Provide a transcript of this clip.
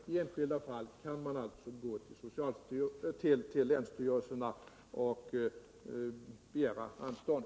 I enskilda fall kan man således gå till länsstyrelserna och begära anstånd.